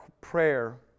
prayer